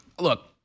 look